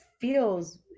feels